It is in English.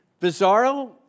Bizarro